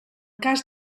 cas